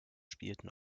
spielten